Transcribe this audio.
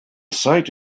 site